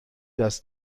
dass